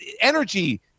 energy